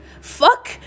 fuck